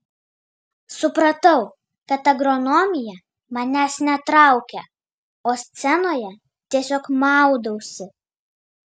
supratau kad agronomija manęs netraukia o scenoje tiesiog maudausi